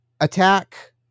attack